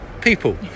people